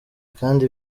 kandi